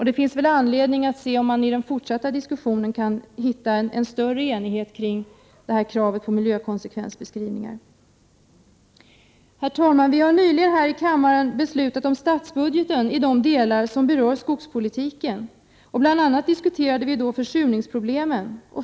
Det finns anledning att se om vi i den fortsatta diskussionen kan nå en större enighet kring kravet på miljökonsekvensbeskrivningar. Herr talman! Vi har nyligen fattat beslut om statsbudgeten i de delar som berör skogspolitiken. Vi diskuterade bl.a. försurningsproblemen.